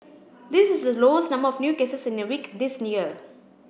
this is the lowest number of new cases in a week this year